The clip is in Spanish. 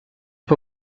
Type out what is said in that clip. fue